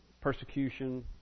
persecution